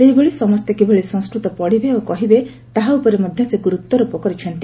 ସେହିଭଳି ସମସ୍ତେ କିଭଳି ସଂସ୍କୃତ ପଢ଼ିବେ ଓ କହିବେ ତାହା ଉପରେ ମଧ୍ଧ ସେ ଗୁର୍ତ୍ୱାରୋପ କରିଛନ୍ତି